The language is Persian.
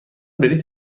بلیط